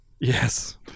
Yes